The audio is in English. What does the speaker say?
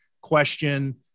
question